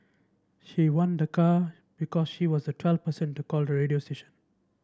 she won the car because she was the twelfth person to call the radio station